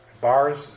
bars